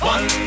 One